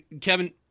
kevin